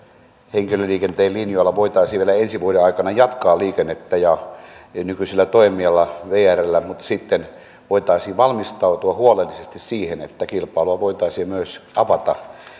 henkilöliikenteen linjoilla voitaisiin vielä ensi vuoden aikana jatkaa liikennettä nykyisellä toimijalla vrllä mutta sitten voitaisiin valmistautua huolellisesti siihen että kilpailua voitaisiin myös avata